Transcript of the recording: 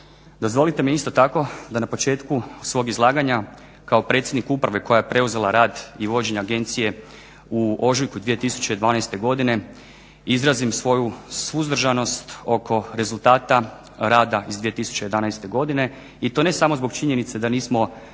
Dozvolite mi isto tako da na početku svog izlaganja kao predsjednik uprave koja je preuzela rad i vođenje agencije u ožujku 2012. godine izrazim svoju suzdržanost oko rezultata rada iz 2011. godine i to ne samo zbog činjenice da nismo, naravno